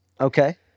Okay